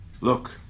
Look